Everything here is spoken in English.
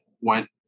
went